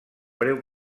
breu